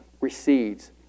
recedes